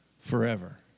forever